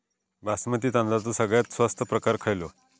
बासमती तांदळाचो सगळ्यात स्वस्त प्रकार खयलो?